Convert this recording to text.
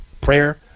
prayer